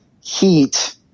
heat